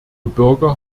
bürger